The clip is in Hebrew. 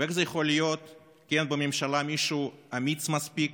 ואיך זה יכול להיות שאין בממשלה מישהו אמיץ מספיק,